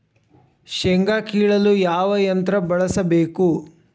ಶೇಂಗಾ ಕೇಳಲು ಯಾವ ಯಂತ್ರ ಬಳಸಬೇಕು?